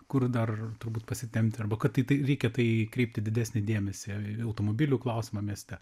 kur dar turbūt pasitempti arba kad tai tai reikia tai kreipti didesnį dėmesį į automobilių klausimą mieste